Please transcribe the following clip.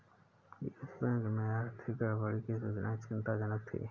yes Bank में आर्थिक गड़बड़ी की सूचनाएं चिंताजनक थी